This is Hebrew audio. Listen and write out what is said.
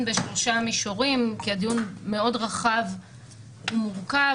בשלושה מישורים כי הדיון מאוד רחב ומורכב.